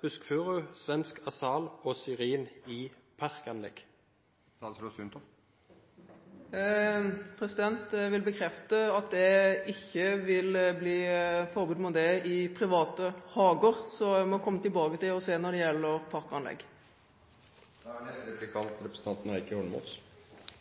buskfuru, svensk asal og syrin i parkanlegg. Jeg vil bekrefte at det ikke vil bli forbud mot det i private hager. Så må jeg komme tilbake til det som gjelder parkanlegg.